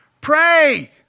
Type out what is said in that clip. Pray